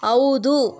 ಹೌದು